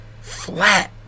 Flat